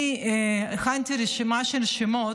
אני הכנתי רשימה של שמות,